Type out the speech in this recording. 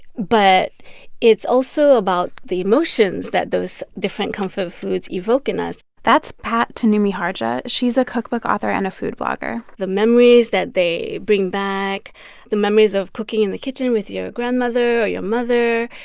but it's also about the emotions that those different comfort foods evoke in us that's pat tanumihardja. she's a cookbook author and a food blogger the memories that they bring back the memories of cooking in the kitchen with your grandmother or your mother.